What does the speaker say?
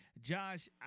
Josh